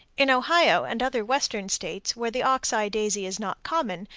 in ohio and other western states where the ox-eye daisy is not common,